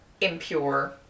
impure